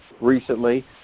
recently